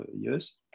years